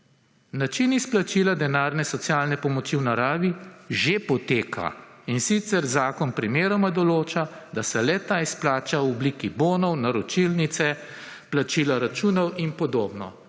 način izplačila denarne socialne pomoči v naravi že poteka, in sicer zakon primeroma določa, da se le-ta izplača v obliki bonov, naročilnice, plačila računov in podobno,